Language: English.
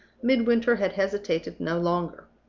midwinter had hesitated no longer.